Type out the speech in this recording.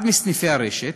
אחד מסניפי הרשת